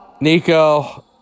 Nico